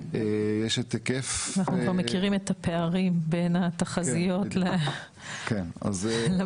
אנחנו כבר מכירים את הפערים בין התחזיות למציאות.